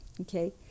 okay